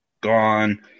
gone